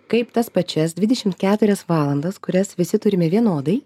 kaip tas pačias dvidešimt keturias valandas kurias visi turime vienodai